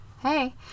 Hey